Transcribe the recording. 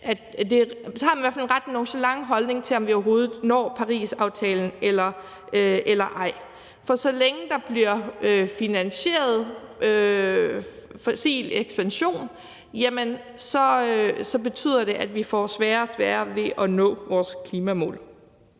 derfor i hvert fald en ret nonchalant holdning til, om vi overhovedet når Parisaftalen eller ej. For så længe der bliver finansieret fossil ekspansion, jamen så betyder det, at vi får sværere og sværere ved at nå vores klimamål.